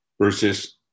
versus